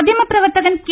മാധ്യമപ്രവർത്തകൻ കെ